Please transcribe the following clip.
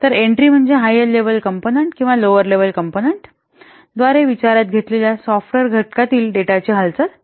तर एंट्री म्हणजे higher level component किंवा लोवर लेवल कॉम्पोनन्ट द्वारे विचारात घेतलेल्या सॉफ्टवेयर घटकातील डेटाची हालचाल